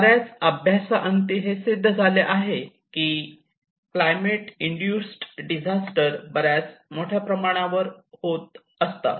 बऱ्याच अभ्यासाअंती हे सिद्ध झाले आहे की क्लायमेट इन्दूसिड डिजास्टर बऱ्याच मोठ्या प्रमाणावर होतात